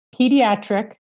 pediatric